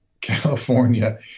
California